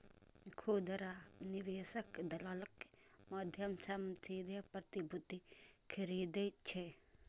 खुदरा निवेशक दलालक माध्यम सं सीधे प्रतिभूति खरीदै छै